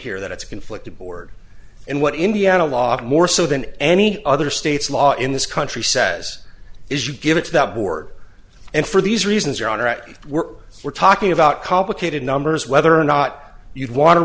here that it's conflict aboard and what indiana log more so than any other state's law in this country says is you give it to that board and for these reasons your honor we're we're talking about complicated numbers whether or not you'd want to